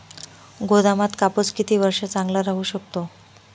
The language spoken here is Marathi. गोदामात कापूस किती वर्ष चांगला राहू शकतो?